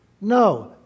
No